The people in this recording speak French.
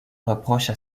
reprochent